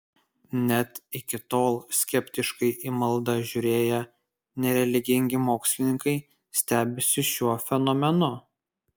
net iki tol skeptiškai į maldą žiūrėję nereligingi mokslininkai stebisi šiuo fenomenu